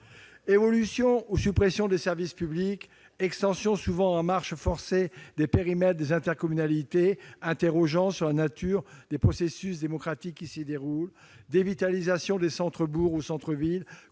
Évolution ou suppression des services publics, extension souvent à marche forcée des périmètres des intercommunalités amenant à s'interroger sur la nature des processus démocratiques qui se déroulent en leur sein, dévitalisation des centres-bourgs ou centres-villes,